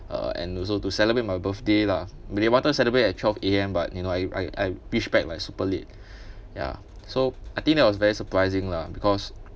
uh and also to celebrate my birthday lah they wanted to celebrate at twelve A_M but you know I I reached back like super late ya so I think that was very surprising lah because